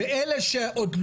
ואלה שעוד לא מחוסנים?